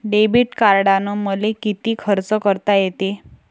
Debit कार्डानं मले किती खर्च करता येते?